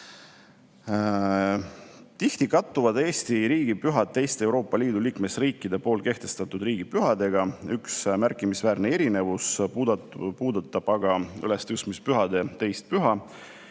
kokku] Eesti riigipühad teiste Euroopa Liidu liikmesriikide kehtestatud riigipühadega. Üks märkimisväärne erinevus on aga ülestõusmispühade teine püha,